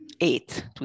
Eight